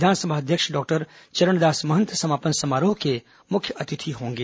विधानसभा अध्यक्ष डॉक्टर चरणदास महंत समापन समारोह के मुख्य अतिथि होंगे